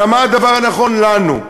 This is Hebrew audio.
אלא מה הדבר הנכון לנו.